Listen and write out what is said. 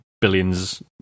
billions